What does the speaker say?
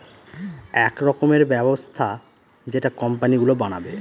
এক রকমের ব্যবস্থা যেটা কোম্পানি গুলো বানাবে